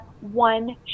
one